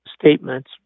statement's